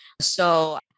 so-